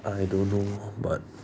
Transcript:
I don't know but